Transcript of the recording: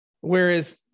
Whereas